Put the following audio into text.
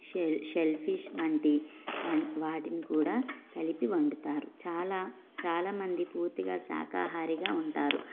shell shellfish వంటి వాటిని కూడా కలిపి వండుతారు చాలా చాలామంది పూర్తిగా శాఖాహారిగా ఉంటారు